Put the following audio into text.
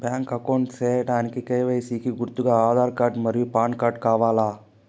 Bank account సేయడానికి KYC కి గుర్తుగా ఆధార్ కార్డ్ మరియు పాన్ కార్డ్ కావాలా?